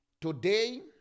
Today